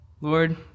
Lord